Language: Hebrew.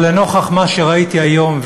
אבל לנוכח מה שראיתי היום,